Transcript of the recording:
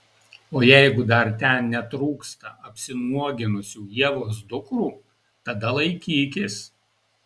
o jeigu dar ten netrūksta apsinuoginusių ievos dukrų tada laikykis